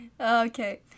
Okay